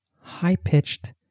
high-pitched